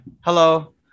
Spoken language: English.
hello